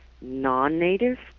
non-native